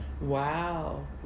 Wow